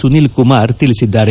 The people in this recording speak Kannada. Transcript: ಸುನೀಲ ಕುಮಾರ್ ತಿಳಿಸಿದ್ದಾರೆ